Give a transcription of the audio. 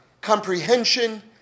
comprehension